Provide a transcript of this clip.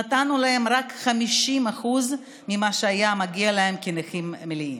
נתנו להם רק 50% ממה שהיה מגיע להם כנכים מלאים.